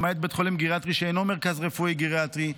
למעט בית חולים גריאטרי שאינו מרכז רפואי גריאטרי,